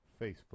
Facebook